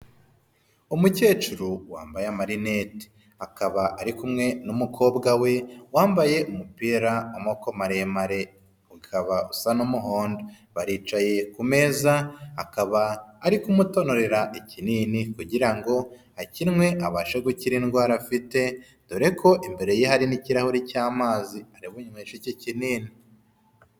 Umukecuru wambaye amarinete, akaba ari kumwe n'umukobwa we wambaye umupira w'amaboko maremare, ukaba usa n'umuhondo. Baricaye ku meza, akaba ari kumutonora ikinini kugira akinwe, abashe gukira indwara afite, dore ko imbere ye hari n'ikirahuri cy'amazi aribunyweshe icyo kinini.